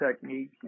technique